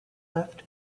left